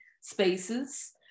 spaces